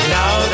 now